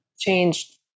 changed